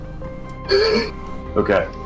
Okay